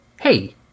Hey